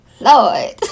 Lord